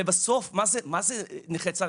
בסוף מה זה ארגון נכי צה"ל?